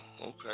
Okay